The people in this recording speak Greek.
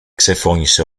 ξεφώνισε